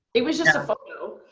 it was just a photo.